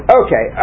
okay